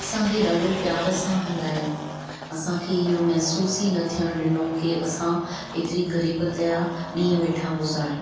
असांखे ॾाढो प्यार सां हलायऊं असांखे इहो महसूसु ई न थियणु ॾिनो की असां एतिरी ग़रीबत जा ॾींहं वेठा गुज़ारियूं